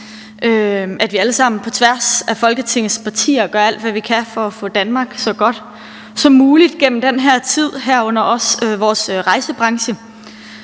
at vi alle sammen på tværs af Folketingets partier gør alt, hvad vi kan, for at få Danmark så godt som muligt gennem den her tid, herunder også vores rejsebranche.